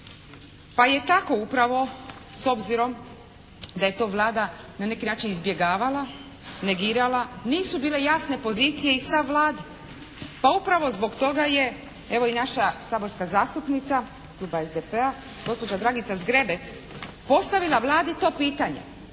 Pa je tako upravo s obzirom da je to Vlada na neki način izbjegavala, negirala, nisu bile jasne pozicije i stav Vlade. Pa upravo zbog toga je evo i naša saborska zastupnica iz kluba SDP-a, gospođa Dragica Zgrebec postavila Vladi to pitanje.